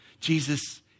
Jesus